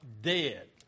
dead